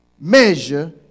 measure